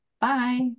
Bye